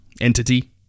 entity